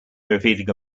revealing